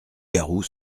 garous